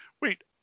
wait